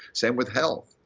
same with health.